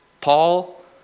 Paul